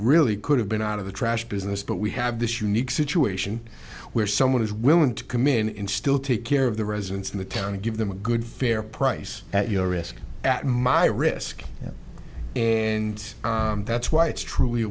really could have been out of the trash business but we have this unique situation where someone is willing to commit and in still take care of the residents of the town give them a good fair price at your risk at my risk and that's why it's truly